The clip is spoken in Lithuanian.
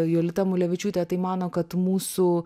jolita mulevičiūtė tai mano kad mūsų